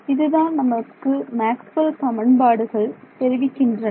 இதுதான் நமக்கு மேக்ஸ்வெல் சமன்பாடுகள் தெரிவிக்கின்றன